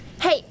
Hey